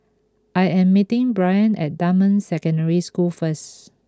I am meeting Brion at Dunman Secondary School first